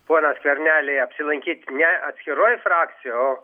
poną skvernelį apsilankyt ne atskiroj frakcijoj o